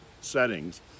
settings